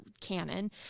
canon